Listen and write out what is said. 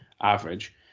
average